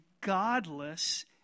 godless